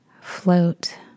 float